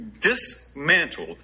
dismantle